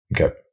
Okay